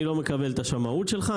אני לא מקבל את השמאות שלך,